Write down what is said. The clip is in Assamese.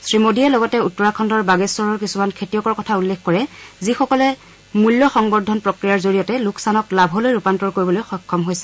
শ্ৰীমোডীয়ে লগতে উত্তৰাখণ্ডৰ বাগেশ্বৰৰ কিছুমান খেতিয়কৰ কথা উল্লেখ কৰে যিয়ে নেকি মূল্য সংবৰ্দন প্ৰক্ৰিয়াৰ জৰিয়তে লোকচানক লাভলৈ ৰূপান্তৰ কৰিবলৈ সক্ষম হৈছে